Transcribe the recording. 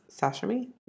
sashimi